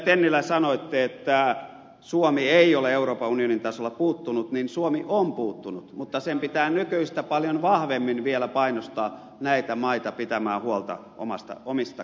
tennilä sanoitte että suomi ei ole euroopan unionin tasolla puuttunut niin suomi on puuttunut mutta sen pitää nykyistä paljon vahvemmin vielä painostaa näitä maita pitämään huolta omista kansalaisistaan